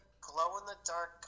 Glow-in-the-dark